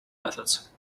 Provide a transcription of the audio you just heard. methods